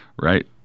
Right